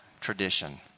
tradition